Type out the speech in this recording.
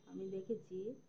আমি দেখেছি